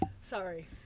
Sorry